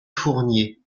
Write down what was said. fournier